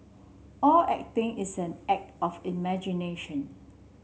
all acting is an act of imagination